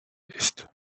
ist